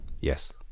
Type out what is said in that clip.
Yes